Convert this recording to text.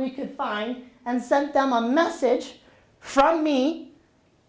we could find and sent them a message from me